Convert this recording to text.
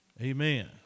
Amen